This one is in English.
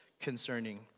concerning